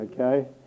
okay